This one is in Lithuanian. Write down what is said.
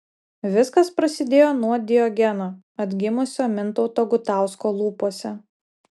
viskas prasidėjo nuo diogeno atgimusio mintauto gutausko lūpose